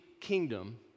kingdom